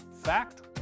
Fact